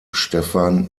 stefan